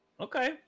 Okay